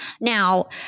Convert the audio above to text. Now